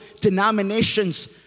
denominations